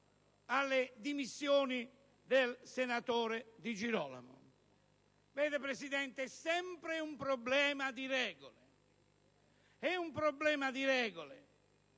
alle dimissioni del senatore Di Girolamo. Vede, signor Presidente, è sempre un problema di regole. È un problema di regole,